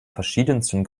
verschiedensten